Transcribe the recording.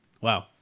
Wow